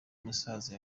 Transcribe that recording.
musaza